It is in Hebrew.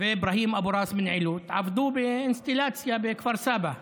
ואברהים אבו ראס מעילוט עבדו באינסטלציה בכפר סבא.